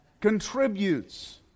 Contributes